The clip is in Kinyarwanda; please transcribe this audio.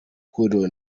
huriro